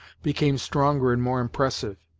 became stronger and more impressive.